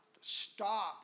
stop